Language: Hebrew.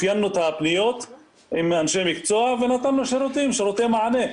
אפיינו את הפניות עם אנשי מקצוע ונתנו שירותי מענה.